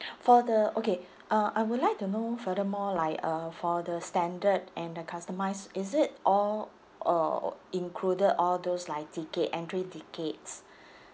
for the okay uh I would like to know furthermore like uh for the standard and the customised is it all uh included all those like ticket entry tickets